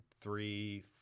three